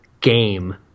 game